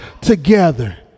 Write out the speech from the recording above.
together